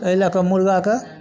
एहि लऽ कऽ मुर्गा कऽ